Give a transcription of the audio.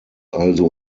also